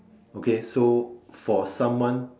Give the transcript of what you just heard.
okay so for someone